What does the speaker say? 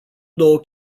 două